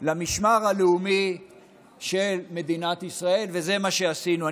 למשמר הלאומי של מדינת ישראל, וזה מה שעשינו.